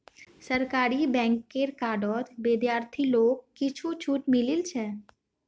सरकारी बैंकेर कार्डत विद्यार्थि लाक कुछु छूट मिलील छ